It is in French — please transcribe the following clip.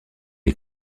est